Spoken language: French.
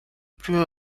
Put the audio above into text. plus